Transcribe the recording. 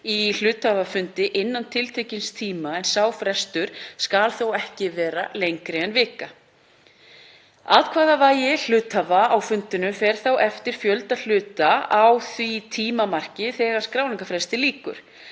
á hluthafafundi innan tiltekins tíma en sá frestur skal þó ekki vera lengri en vika. Atkvæðavægi hluthafa á fundinum fer þá eftir fjölda hluta á því tímamarki þegar skráningarfresti lýkur.